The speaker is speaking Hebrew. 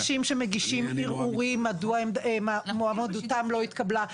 יש אנשים שמגישים ערעורים מדוע מועמדותם לא התקבלה.